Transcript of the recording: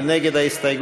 מי נגד ההסתייגות?